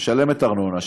שמשלמת ארנונה,